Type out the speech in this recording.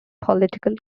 political